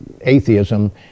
atheism